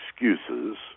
excuses